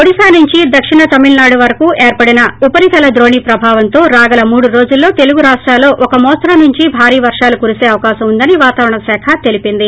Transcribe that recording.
ఓడిషా నుంచి దక్షిణ తమిళనాడు వరకు ఏర్పడిన ఉపరితల ద్రోణి ప్రభావంతో రాగల మూడు రోజులలో తెలుగు రాష్టాలలో ఒక మోస్తరు నుంచి భారీ వర్షాలు కురిసే అవకాశం ఉందని వాతావరణ్ శాఖ తెలిపింది